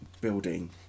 building